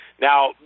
Now